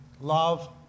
Love